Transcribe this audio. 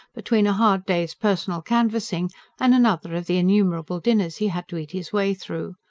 between a hard day's personal canvassing and another of the innumerable dinners he had to eat his way through.